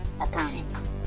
opponents